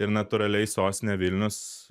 ir natūraliai sostinė vilnius